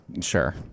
Sure